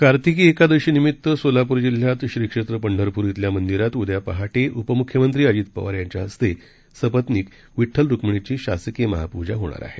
कार्तिकी एकादशीनिमित्त सोलापूर जिल्ह्यातल्या श्री क्षेत्र पंढरपूर इथल्या मंदिरात उद्या पहाटे उपमुख्यमंत्री अजित पवार यांच्या हस्ते सपत्निक विड्डल रुक्मिणीची शासकीय महापूजा होणार आहे